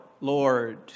Lord